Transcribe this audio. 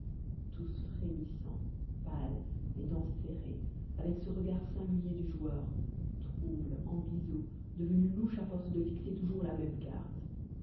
tous frémissants pâles les dents serrées avec ce regard singulier du joueur trouble en biseau devenu louche à force de fixer toujours la même carte